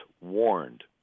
warned